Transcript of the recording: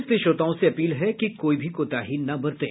इसलिए श्रोताओं से अपील है कि कोई भी कोताही न बरतें